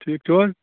ٹھیٖک چھِو حظ